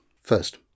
First